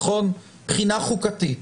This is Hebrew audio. מבחינה חוקתית.